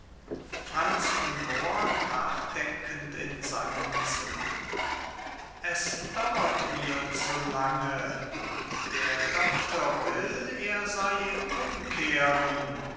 franz von moor nachdenkend in seinem zimmer es dauert mir zu lange der doktor will er sei im umkehren